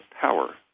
power